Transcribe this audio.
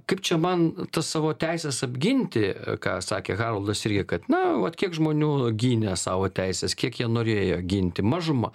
kaip čia man tas savo teises apginti ką sakė haroldas irgi kad na vat kiek žmonių gynė savo teises kiek jie norėjo ginti mažuma